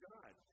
God